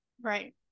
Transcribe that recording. Right